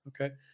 okay